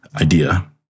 idea